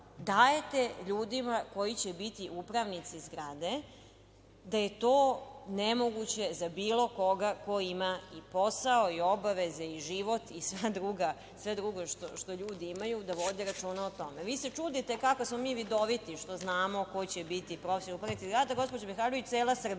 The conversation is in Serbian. dajete ljudima koji će biti upravnici zgrade, da je to nemoguće za bilo koga ko ima i posao, obaveze, život i sve drugo što ljudi imaju, da vode računa o tome. Vi se čudite kako smo mi vidoviti, što znamo ko će biti profesionalni upravnik, znate gospođo Mihajlović cela Srbija